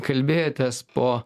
kalbėjotės po